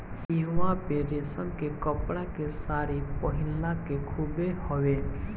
इहवां पे रेशम के कपड़ा के सारी पहिनला के खूबे हवे